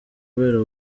kubera